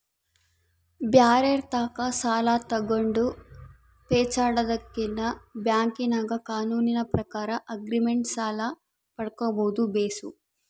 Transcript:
ಬ್ಯಾರೆರ್ ತಾಕ ಸಾಲ ತಗಂಡು ಪೇಚಾಡದಕಿನ್ನ ಬ್ಯಾಂಕಿನಾಗ ಕಾನೂನಿನ ಪ್ರಕಾರ ಆಗ್ರಿಮೆಂಟ್ ಸಾಲ ಪಡ್ಕಂಬದು ಬೇಸು